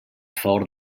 favor